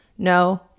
No